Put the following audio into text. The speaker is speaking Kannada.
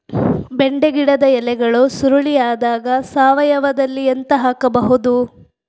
ಬೆಂಡೆ ಗಿಡದ ಎಲೆಗಳು ಸುರುಳಿ ಆದಾಗ ಸಾವಯವದಲ್ಲಿ ಎಂತ ಹಾಕಬಹುದು?